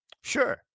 Sure